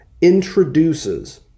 introduces